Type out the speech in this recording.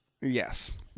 Yes